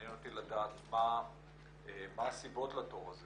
מעניין אותי לדעת מה הסיבות לתור הזה